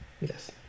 Yes